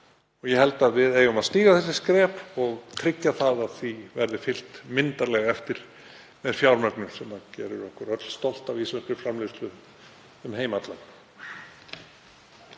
ég held að við eigum að stíga þessi skref og tryggja að því verði fylgt myndarlega eftir með fjármögnun sem gerir okkur öll stolt af íslenskri framleiðslu um heim allan